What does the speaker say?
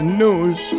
news